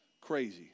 crazy